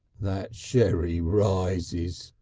that sherry rises,